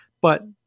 But-